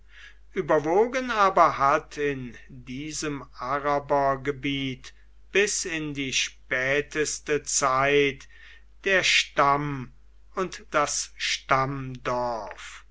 überwogen aber hat in diesem arabergebiet bis in die späteste zeit der stamm und das